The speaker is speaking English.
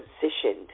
positioned